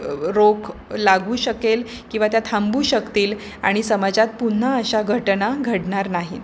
रोक लागू शकेल किंवा त्या थांबू शकतील आणि समाजात पुन्हा अशा घटना घडणार नाहीत